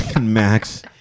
max